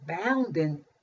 abounding